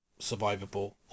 survivable